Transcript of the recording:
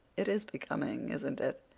it is becoming, isn't it?